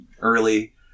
early